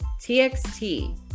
TXT